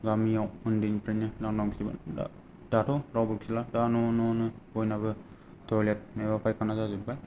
गामियाव उन्दैनिफ्रायनो लान्दांआव खिबाय दाथ' रावबो खिला दा न' नआवनो बयनाबो टयलेट एबा फायखाना जाजोब्बाय